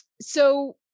So-